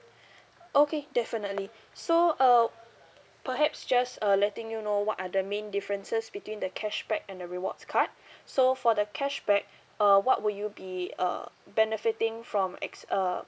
okay definitely so uh perhaps just uh letting you know what are the main differences between the cashback and the rewards card so for the cashback uh what would you be uh benefiting from ex~ uh